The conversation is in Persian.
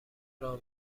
راه